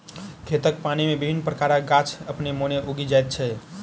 खेतक पानि मे विभिन्न प्रकारक गाछ अपने मोने उगि जाइत छै